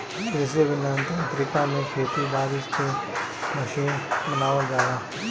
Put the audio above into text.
कृषि अभियांत्रिकी में खेती बारी के मशीन बनावल जाला